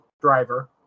driver